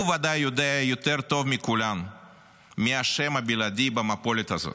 הוא ודאי יודע יותר טוב מכולם מי האשם הבלעדי במפולת הזאת.